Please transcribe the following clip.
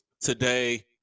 today